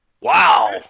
Wow